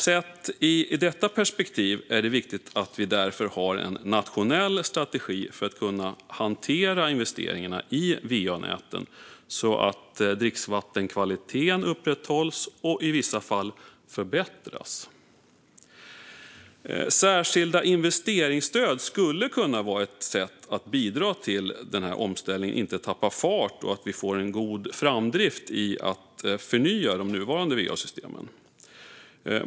Sett i detta perspektiv är det därför viktigt att vi har en nationell strategi för att kunna hantera investeringarna i va-näten så att dricksvattenkvaliteten upprätthålls och i vissa fall förbättras. Särskilda investeringsstöd skulle kunna vara ett sätt att bidra till att omställningen inte tappar fart och att vi får en god framdrift i att förnya de nuvarande va-systemen.